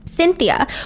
Cynthia